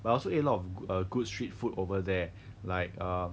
but also ate a lot of a good street food over there like err